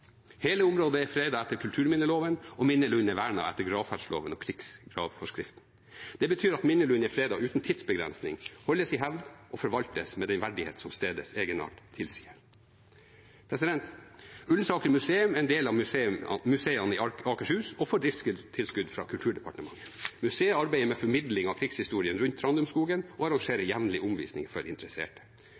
Hele området er fredet etter kulturminneloven, og minnelunden er vernet etter gravferdsloven og krigsgravforskriften. Det betyr at minnelunden er fredet uten tidsbegrensning, holdes i hevd og forvaltes med den verdighet som stedets egenart tilsier. Ullensaker museum er en del av Museene i Akershus og får driftstilskudd fra Kulturdepartementet. Museet arbeider med formidling av krigshistorien rundt Trandumskogen og arrangerer jevnlig omvisninger for interesserte.